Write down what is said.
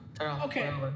Okay